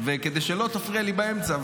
וכדי שלא תפריע לי באמצע.